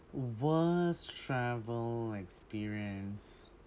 worst travel experience